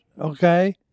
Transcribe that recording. okay